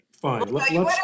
fine